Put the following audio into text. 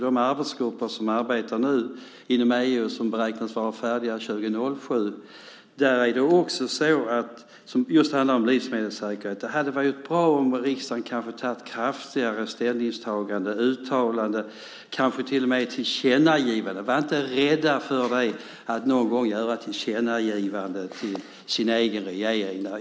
De arbetsgrupper som nu arbetar inom EU behandlar just livsmedelssäkerheten. De beräknas vara färdiga 2007. Där hade det också varit bra om riksdagen gjort kraftigare ställningstaganden, uttalanden och kanske till och med ett tillkännagivande. Var inte rädda för att någon gång göra ett tillkännagivande till den egna regeringen.